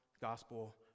gospel